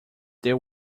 there